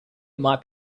might